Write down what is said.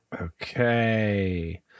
okay